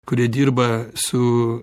kurie dirba su